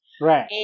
Right